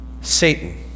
Satan